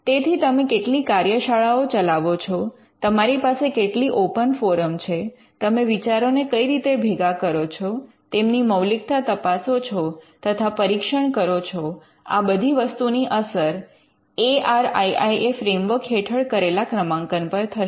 તેથી તમે કેટલી કાર્યશાળાઓ ચલાવો છો તમારી પાસે કેટલી ઓપન ફોરમ છે તમે વિચારો ને કઈ રીતે ભેગા કરો છો તેમની મૌલિકતા તપાસો છો તથા પરીક્ષણ કરો છો આ બધી વસ્તુની અસર A R I I A framework હેઠળ કરેલા ક્રમાંકન પર થશે